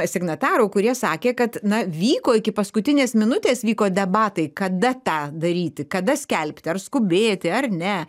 signatarų kurie sakė kad na vyko iki paskutinės minutės vyko debatai kada tą daryti kada skelbti ar skubėti ar ne